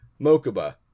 Mokuba